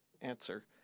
Answer